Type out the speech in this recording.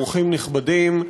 אורחים נכבדים,